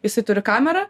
jisai turi kamerą